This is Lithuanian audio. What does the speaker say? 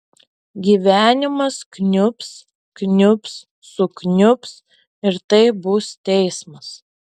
gyvenimas kniubs kniubs sukniubs ir tai bus teismas